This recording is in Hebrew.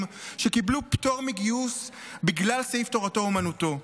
שקיבלו פטור מגיוס בגלל סעיף תורתו אומנותו.